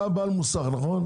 אתה בעל מוסך, נכון?